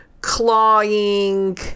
clawing